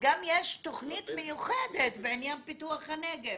וגם יש תוכנית מיוחדת בעניין פיתוח הנגב,